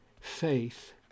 faith